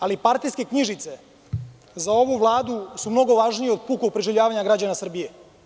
Ali, partijske knjižice za ovu Vladu su mnogo važnije od pukog preživljavanja građana Srbije.